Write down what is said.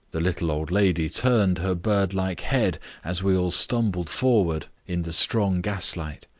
the little old lady turned her bird-like head as we all stumbled forward in the strong gaslight.